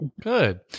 Good